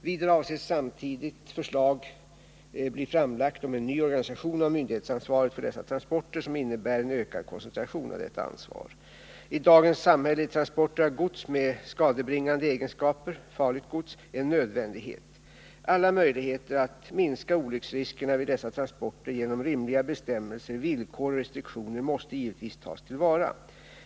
Vidare avses samtidigt förslag bli framlagt om en ny organisation av myndighetsansvaret för dessa transporter som innebär en ökad koncentration av detta ansvar. I dagens samhälle är transporter av gods med skadebringande egenskaper, farligt gods, en nödvändighet. Alla möjligheter att minska olycksriskerna vid dessa transporter genom rimliga bestämmelser, villkor och restriktioner måste givetvis tas till vara.